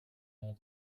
mon